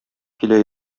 килә